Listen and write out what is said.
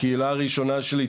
הקהילה הראשונה שלי,